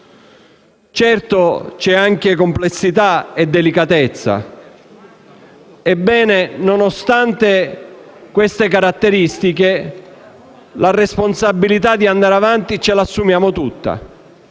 problema di complessità e delicatezza. Ebbene, nonostante queste caratteristiche, la responsabilità di andare avanti ce la assumiamo tutta.